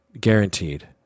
Guaranteed